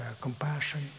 compassion